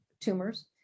tumors